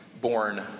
born